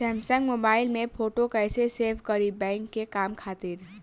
Samsung mobile में photo कैसे save करीं बैंक के काम खातिर?